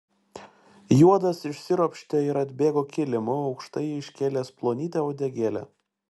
juodas išsiropštė ir atbėgo kilimu aukštai iškėlęs plonytę uodegėlę